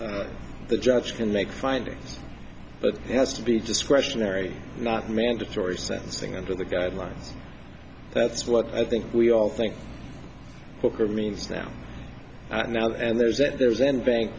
to the judge can make findings but it has to be discretionary not mandatory sentencing under the guidelines that's what i think we all think kooker means now now and there's that there's an bank